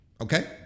Okay